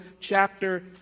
chapter